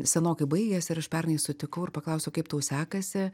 senokai baigęs ir aš pernai sutikau ir paklausiau kaip tau sekasi